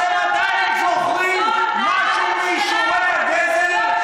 אתם עדין זוכרים משהו מאיסורי הגזל?